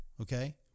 okay